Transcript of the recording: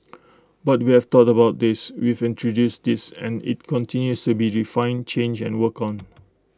but we have thought about these we've introduced these and IT continues to be refined changed and worked on